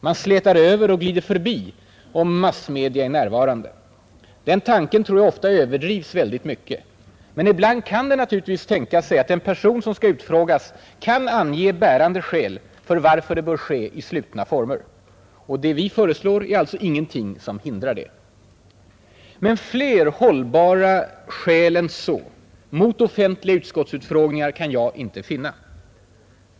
Man slätar över och glider förbi, om massmedia är närvarande, säger man. Den tanken tror jag ofta överdrivs väldigt mycket. Men ibland kan man naturligtvis tänka sig att en person som skall utfrågas kan ange bärande skäl för varför det bör ske i slutna former. Och det vi föreslår är alltså ingenting som hindrar detta. Fler hållbara skäl än så mot offentliga utskottsutfrågningar kan jag inte finna.